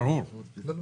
מועד